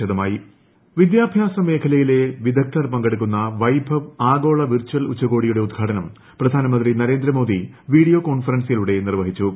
വൈഭവ് ഉച്ചകോടി വിദ്യാഭ്യാസ മേഖലയിലെ വിദഗ്ധർ പങ്കെടുക്കുന്ന വൈഭവ് ആഗോള വെർചൽ ഉച്ചകോടിയുടെ ഉദ്ഘാടനം പ്രധാനമന്ത്രി നരേന്ദ്ര മോദി വീഡിയോ കോൺഫറൻസിലൂടെ നിർവ്വഹിച്ചു